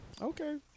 Okay